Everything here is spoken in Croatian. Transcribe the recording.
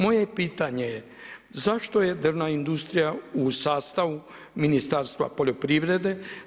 Moje pitanje je zašto je drvna industrija u sastavu Ministarstva poljoprivrede?